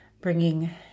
bringing